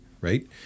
right